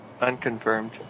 Unconfirmed